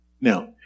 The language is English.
Now